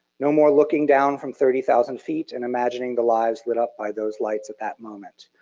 no more looking down from thirty thousand feet and imagining the lives lit up by those lights at that moment.